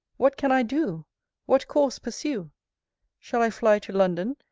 what can i do what course pursue shall i fly to london,